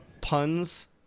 puns